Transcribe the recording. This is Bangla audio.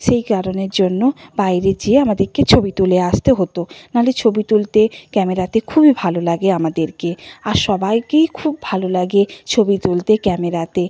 সেই কারণের জন্য বাইরে যেয়ে আমাদেরকে ছবি তুলে আসতে হতো না হলে ছবি তুলতে ক্যামেরাতে খুবই ভালো লাগে আমাদেরকে আর সবাইকেই খুব ভালো লাগে ছবি তুলতে ক্যামেরাতে